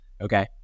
Okay